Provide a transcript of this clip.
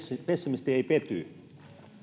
pessimisti ei pety